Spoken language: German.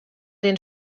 den